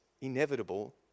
inevitable